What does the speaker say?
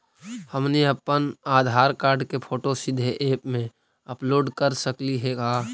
हमनी अप्पन आधार कार्ड के फोटो सीधे ऐप में अपलोड कर सकली हे का?